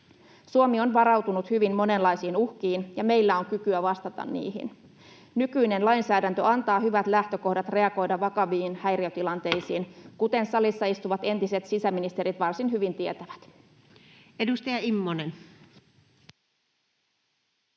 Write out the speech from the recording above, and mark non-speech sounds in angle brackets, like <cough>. Suomi on varautunut hyvin monenlaisiin uhkiin, ja meillä on kykyä vastata niihin. Nykyinen lainsäädäntö antaa hyvät lähtökohdat reagoida vakaviin häiriötilanteisiin, <noise> kuten salissa istuvat entiset sisäministerit varsin hyvin tietävät. [Speech